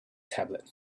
tablet